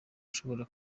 ushobora